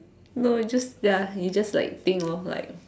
no it's just ya it's just like think orh like